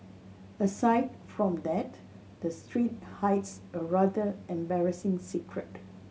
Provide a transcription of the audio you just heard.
aside from that the street hides a rather embarrassing secret